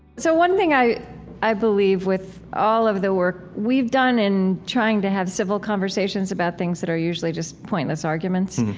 so one thing i i believe with all of the work we've done in trying to have civil conversations about things that are usually just pointless arguments,